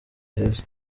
heza